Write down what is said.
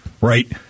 Right